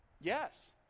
Yes